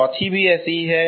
चौथा भी ऐसा ही है